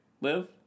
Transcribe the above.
live